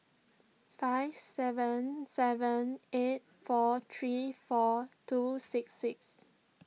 five seven seven eight four three four two six six